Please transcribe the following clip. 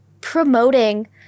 promoting